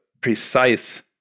precise